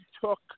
took